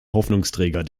hoffnungsträger